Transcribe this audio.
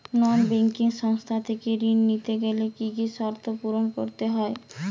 নন ব্যাঙ্কিং সংস্থা থেকে ঋণ নিতে গেলে কি কি শর্ত পূরণ করতে হয়?